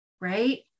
right